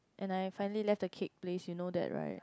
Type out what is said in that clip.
and I have finally left the cake place you know that right